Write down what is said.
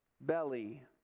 belly